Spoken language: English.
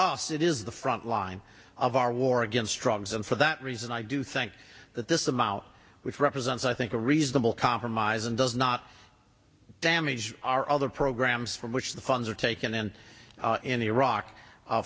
us it is the front line of our war against drugs and for that reason i do think that this amount which represents i think a reasonable compromise and does not damage our other programs from which the funds are taken and in iraq